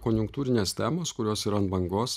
konjunktūrinės temos kurios yra ant bangos